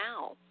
now